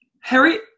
Harry